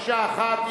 מקשה אחת,